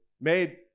made